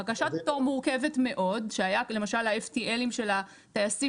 בקשת פטור מורכבת מאוד שהיה למשל ה-FTL של הטייסים